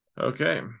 Okay